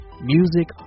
music